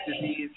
disease